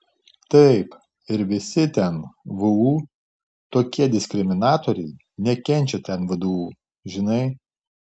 taip ir visi ten vu tokie diskriminatoriai nekenčia ten vdu žinai